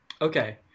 okay